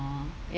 uh ya